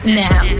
now